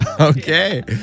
Okay